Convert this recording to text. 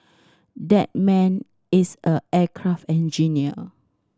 that man is a aircraft engineer